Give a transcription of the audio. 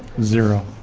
zero.